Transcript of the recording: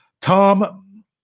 Tom